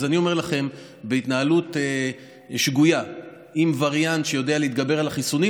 אז אני אומר לכם: בהתנהלות שגויה עם וריאנט שיודע להתגבר על החיסונים,